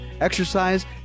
exercise